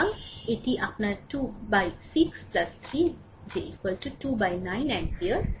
সুতরাং এটি আপনার 2 বিভক্ত 6 3 যে 29 অ্যাম্পিয়ার